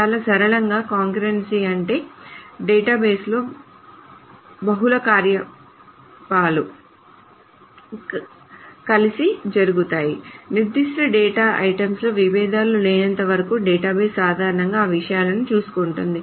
చాలా సరళంగా కాంకర్రెన్సీ అంటే డేటాబేస్లో బహుళ కార్యకలాపాలు కలిసి జరుగుతాయి నిర్దిష్ట డేటా ఐటెమ్లో విభేదాలు లేనంతవరకు డేటాబేస్ సాధారణంగా ఆ విషయాలను చూసుకుంటుంది